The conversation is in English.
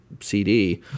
cd